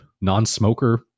non-smoker